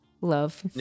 love